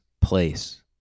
place